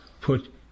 put